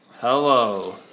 Hello